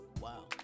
Wow